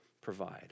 provide